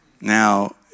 Now